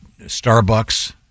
Starbucks